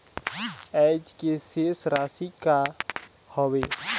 आज के शेष राशि का हवे?